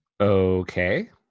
Okay